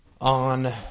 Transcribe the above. on